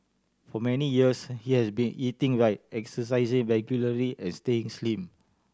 for many years he has been eating right exercising regularly and staying slim